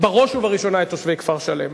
בראש ובראשונה את תושבי כפר-שלם.